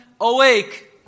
awake